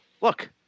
look